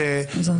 מזעזע.